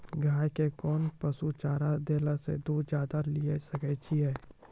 गाय के कोंन पसुचारा देला से दूध ज्यादा लिये सकय छियै?